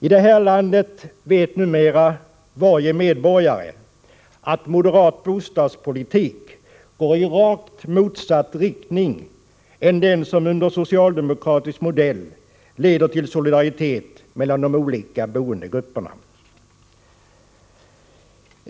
I det här landet vet numera varje medborgare att moderat bostadspolitik går i rakt motsatt riktning mot den socialdemokratiska, som leder till solidaritet mellan de olika boendegrupperna.